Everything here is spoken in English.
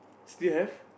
still have